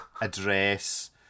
address